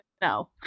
no